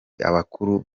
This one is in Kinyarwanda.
abakuru